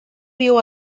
viu